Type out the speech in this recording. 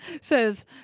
says